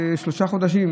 בשלושה חודשים.